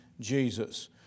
Jesus